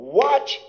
watch